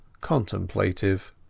contemplative